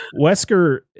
Wesker